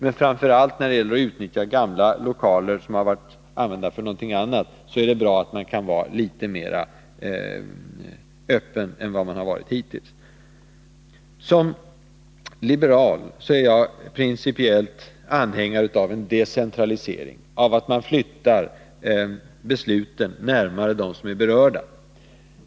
Men det är bra att man kan vara litet mer öppen än hittills framför allt när det gäller att utnyttja gamla lokaler som tidigare använts för något annat. Som liberal är jag principiell anhängare av decentralisering, att man flyttar besluten närmare dem som är berörda.